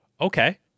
okay